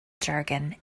jargon